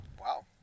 wow